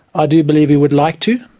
ah do believe we would like to,